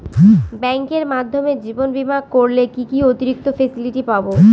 ব্যাংকের মাধ্যমে জীবন বীমা করলে কি কি অতিরিক্ত ফেসিলিটি পাব?